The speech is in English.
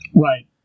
Right